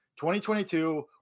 2022